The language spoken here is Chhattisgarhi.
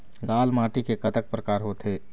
लाल माटी के कतक परकार होथे?